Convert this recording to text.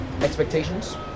Expectations